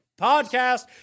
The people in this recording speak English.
podcast